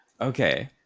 okay